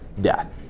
Death